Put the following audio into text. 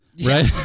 right